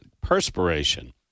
perspiration